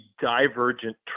divergent